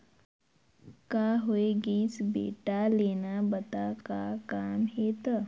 का होये गइस बेटा लेना बता का काम हे त